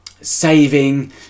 saving